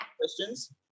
questions